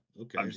Okay